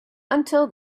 until